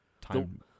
time